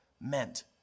meant